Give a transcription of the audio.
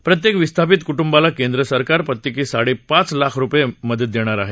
प्रत्येक विस्थापित क्प्ंबाला केंद्र सरकार प्रत्येकी साडे पाच लाख रुपये मदत देणार आहे